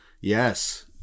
yes